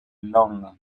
longer